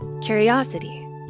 curiosity